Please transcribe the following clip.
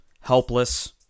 helpless